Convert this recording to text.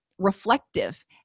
reflective